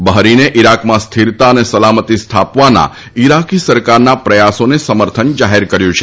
બહરીને ઈરાકમાં સ્થિરતા અને સલામતી સ્થાપવાના ઈરાકી સરકારના પ્રયાસોને સમર્થન જાહેર કર્યું છે